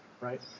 Right